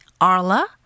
Arla